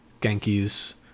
Genki's